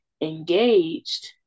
engaged